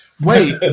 wait